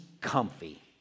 comfy